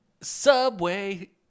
subway